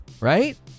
Right